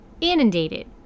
inundated